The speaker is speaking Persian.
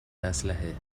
اسلحه